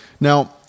Now